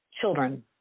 children